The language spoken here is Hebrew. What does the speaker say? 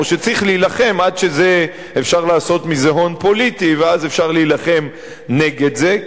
או שצריך להילחם עד שאפשר לעשות מזה הון פוליטי ואז אפשר להילחם נגד זה,